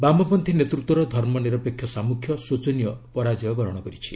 ବାମପଦ୍ଧୀ ନେତୃତ୍ୱର ଧର୍ମନିରପେକ୍ଷ ସାମ୍ମୁଖ୍ୟ ଶୋଚନୀୟ ପରାଜୟ ବରଣ କରିଛି